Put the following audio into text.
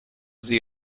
sie